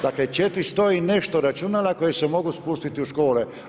Dakle, 400 i nešto računala koje se mogu spustiti u škole.